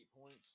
points